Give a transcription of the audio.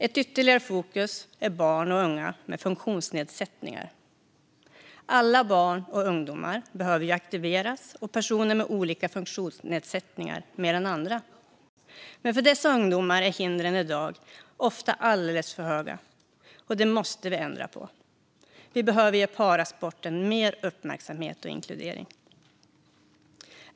Ett ytterligare viktigt fokus är barn och unga med funktionsnedsättningar. Alla barn och ungdomar behöver aktiveras, och personer med olika funktionsnedsättningar behöver det mer än andra. Men för dessa ungdomar är hindren i dag ofta alldeles för höga. Det måste vi ändra på. Vi behöver ge parasporten mer uppmärksamhet och inkludering.